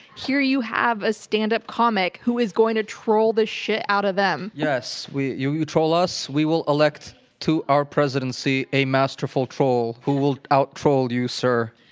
here you have a stand-up comic who is going to troll the shit out of them. yes, you you troll us, we will elect to our presidency a masterful troll who will out-troll you, sir.